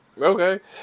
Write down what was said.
Okay